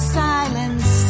silence